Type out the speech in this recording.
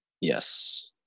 Yes